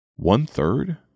One-third